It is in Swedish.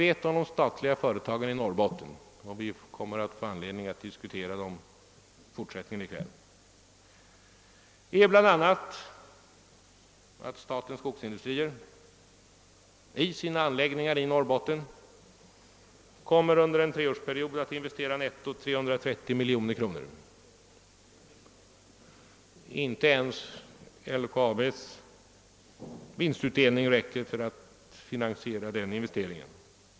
Men kom ihåg att vi har två ambitioner med förvaltnings bolaget, klart uttalade i propositionen och upprepade i flera inlägg i kammaren i dag och dessutom verkligen inpräglade i den offentliga debatten efter måttet av vår förmåga.